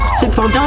Cependant